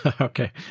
okay